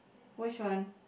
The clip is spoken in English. which one